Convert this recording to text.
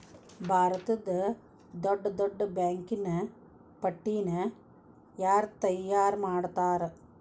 ಭಾರತದ್ದ್ ದೊಡ್ಡ್ ದೊಡ್ಡ್ ಬ್ಯಾಂಕಿನ್ ಪಟ್ಟಿನ ಯಾರ್ ತಯಾರ್ಮಾಡ್ತಾರ?